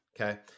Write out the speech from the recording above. Okay